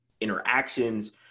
interactions